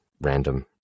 random